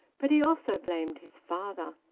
but he also blamed his father.